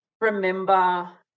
remember